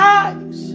eyes